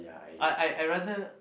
I I I rather